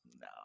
No